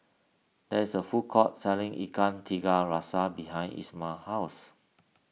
there is a food court selling Ikan Tiga Rasa behind Ismael's house